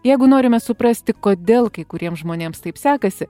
jeigu norime suprasti kodėl kai kuriems žmonėms taip sekasi